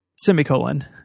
Semicolon